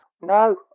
No